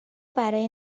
برای